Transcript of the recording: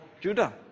Judah